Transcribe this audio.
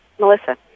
Melissa